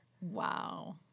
Wow